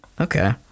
Okay